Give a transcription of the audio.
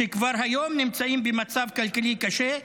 -- שכבר היום נמצאים במצב כלכלי קשה.